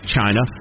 China